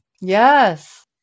Yes